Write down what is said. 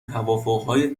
توافقهای